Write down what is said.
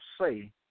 say